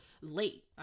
late